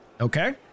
okay